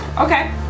Okay